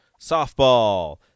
Softball